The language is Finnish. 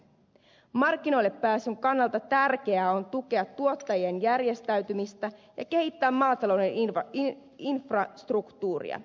markkinoille pääsyn kannalta tärkeää on tukea tuottajien järjestäytymistä ja kehittää maatalouden infrastruktuuria